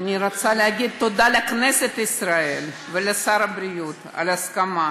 אני רוצה להגיד תודה לכנסת ישראל ולשר הבריאות על ההסכמה.